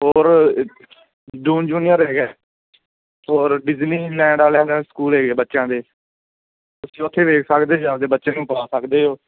ਹੋਰ ਜੂਨ ਜੂਨੀਅਰ ਹੈਗਾ ਫੋਰ ਡਿਜ਼ਨੀ ਲੈਂਡ ਵਾਲਿਆਂ ਦਾ ਸਕੂਲ ਹੈਗੇ ਬੱਚਿਆਂ ਦੇ ਤੁਸੀਂ ਉੱਥੇ ਵੇਖ ਸਕਦੇ ਜੀ ਆਪਦੇ ਬੱਚੇ ਨੂੰ ਪਾ ਸਕਦੇ ਹੋ